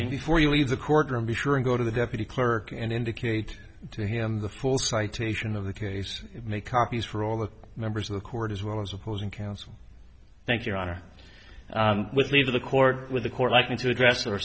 briefing before you leave the courtroom be sure and go to the deputy clerk and indicate to him the full citation of the case and make copies for all the members of the court as well as opposing counsel thank your honor with leave the court with the court like me to address or